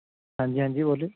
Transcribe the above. ਹਾਂਜੀ ਹਾਂਜੀ ਬੋਲੋ